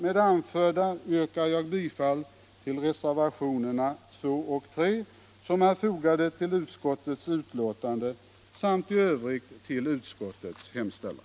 Med det anförda yrkar jag bifall till reservationerna 2 och 3 som är fogade till utskottets betänkande samt i övrigt till utskottets hemställan.